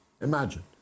Imagine